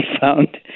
found